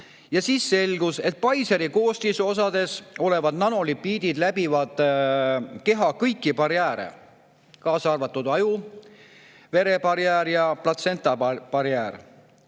Ja siis selgus, et Pfizeri [vaktsiini] koostisosades olevad nanolipiidid läbivad keha kõiki barjääre, kaasa arvatud vere-aju barjäär ja platsenta barjäär.